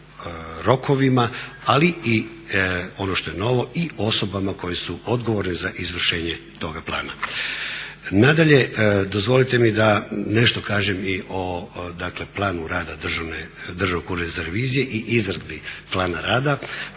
rokovima ali i ono što je novo i osobama koje su odgovorne za izvršenje toga plana. Nadalje, dozvolite mi da nešto kažem i o dakle planu rada Državnog ureda za reviziju i izradi plana rada